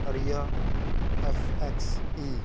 aria F X E